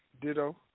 Ditto